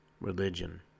religion